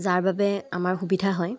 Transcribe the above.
যাৰ বাবে আমাৰ সুবিধা হয়